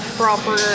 proper